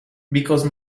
because